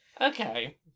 Okay